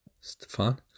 Stefan